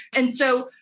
and so,